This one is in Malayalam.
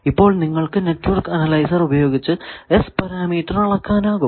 ഇപ്പോൾ നിങ്ങൾക്കു നെറ്റ്വർക്ക് അനലൈസർ ഉപയോഗിച്ച് S പാരാമീറ്റർ അളക്കാനാകും